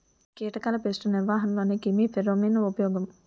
కీటకాల పేస్ట్ నిర్వహణలో క్రిమి ఫెరోమోన్ ఉపయోగం